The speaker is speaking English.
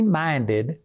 minded